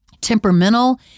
temperamental